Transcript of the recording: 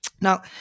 Now